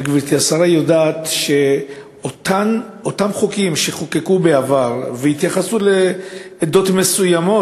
גברתי השרה יודעת שאותם חוקים שחוקקו בעבר והתייחסו לעדות מסוימות,